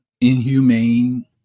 inhumane